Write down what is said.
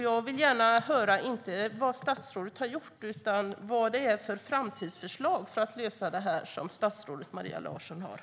Jag vill gärna höra vad statsrådet Maria Larsson har för framtidsförslag för att lösa detta, och inte vad statsrådet har gjort.